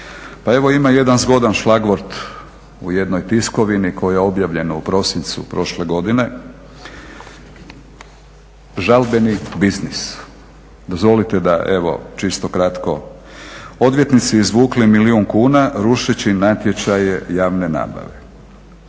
Pa evo ima jedan zgodan šlagvort u jednoj tiskovini koja je objavljena u prosincu prošle godine – "Žalbeni biznis" Dozvolite da evo čisto kratko, odvjetnici izvukli milijun kuna rušeći natječaje javne nabave,